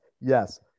yes